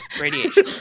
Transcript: radiation